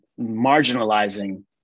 marginalizing